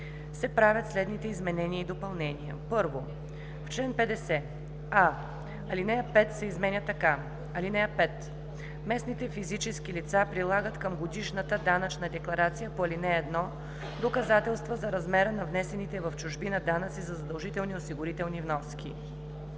се правят следните изменения и допълнения: 1. В чл. 50: а) алинея 5 се изменя така: „(5) Местните физически лица прилагат към годишната данъчна декларация по ал. 1 доказателства за размера на внесените в чужбина данъци и задължителни осигурителни вноски.“;